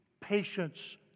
patience